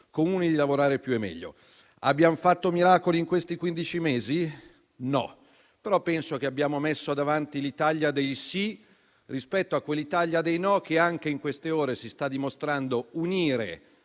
Comuni, di lavorare più e meglio. Abbiamo fatto miracoli in questi quindici mesi? No, però penso che abbiamo messo davanti l'"Italia dei sì" rispetto a quell'"Italia dei no" che anche in queste ore sta dimostrando di unire